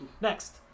next